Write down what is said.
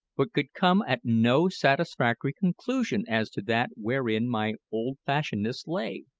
but could come at no satisfactory conclusion as to that wherein my old-fashionedness lay.